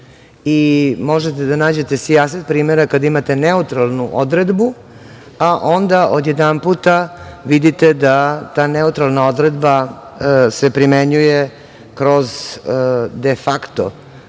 i možete da nađete sijaset primera kada imate neutralnu odredbu, a onda odjedanput vidite da neutralna odredba se primenjuju kroz de fakto